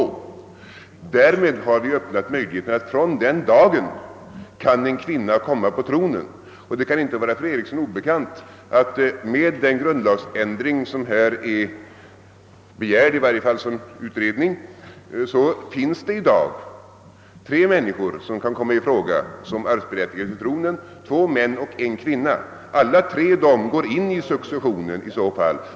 Från denna dag har vi därmed öppnat möjligheten för en kvinna att komma upp på tronen. Det kan inte vara fru Eriksson obekant att en utredning om en grundlagsändring skulle beröra tre personer, som skulle komma i fråga som arvsberättigade till tronen, nämligen två män och en kvinna. Dessa tre går i så fall alla in i successionen.